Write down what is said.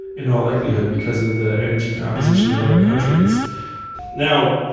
in all likelihood, because of the energy composition of other countries now,